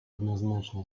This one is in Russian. однозначно